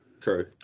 True